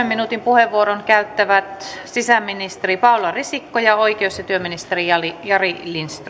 minuutin puheenvuoron käyttävät sisäministeri paula risikko ja oikeus ja työministeri jari jari lindström